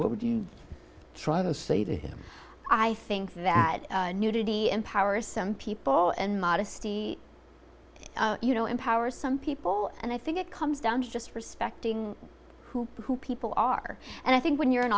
what would you try to say to him i think that nudity empowers some people and modesty you know empowers some people and i think it comes down to just respecting who who people are and i think when you're an